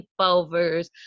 sleepovers